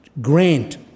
grant